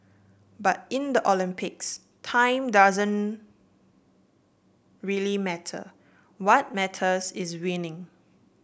but in the Olympics time doesn't really matter what matters is winning